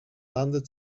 landed